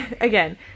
again